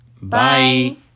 Bye